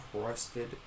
crusted